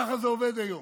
ככה זה עובד היום.